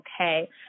okay